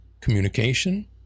communication